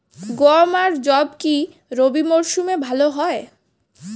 গম আর যব কি রবি মরশুমে ভালো হয়?